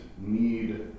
need